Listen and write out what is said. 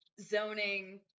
zoning